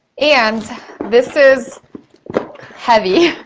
and this is heavy,